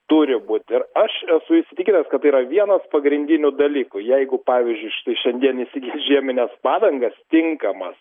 turi būt ir aš esu įsitikinęs kad tai yra vienas pagrindinių dalykų jeigu pavyzdžiui štai šiandien įsigys žiemines padangas tinkamas